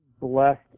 blessed